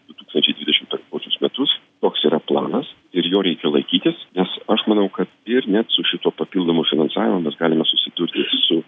du tūkstančiai dvidešim penktuosius metus toks yra planas ir jo reikia laikytis nes aš manau kad ir net su šituo papildomu finansavimu mes galima susidurti su